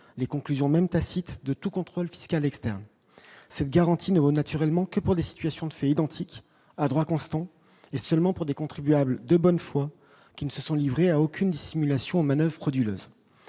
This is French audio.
les conclusions, même tacite de tout contrôle fiscal externe cette garantie ne vaut naturellement que pour des situations de faits identiques à droit constant et seulement pour des contribuables de bonne foi qui ne se sont livrés à aucune dissimulation manoeuvres odieuses